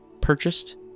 purchased